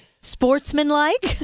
sportsmanlike